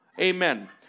Amen